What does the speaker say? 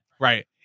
right